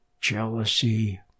jealousy